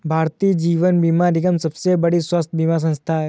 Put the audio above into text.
भारतीय जीवन बीमा निगम सबसे बड़ी स्वास्थ्य बीमा संथा है